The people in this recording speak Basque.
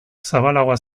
zabalagoa